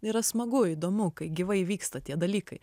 yra smagu įdomu kai gyvai vyksta tie dalykai